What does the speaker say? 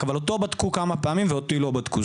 אבל אותו בדקו כמה פעמים ואותי לא בדקו.